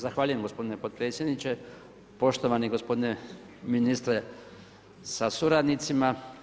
Zahvaljujem gospodine potpredsjedniče, poštovani gospodine ministre sa suradnicima.